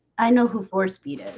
i know who four speed. oh,